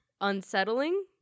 unsettling